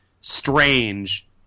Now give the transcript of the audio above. strange